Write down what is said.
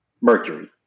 mercury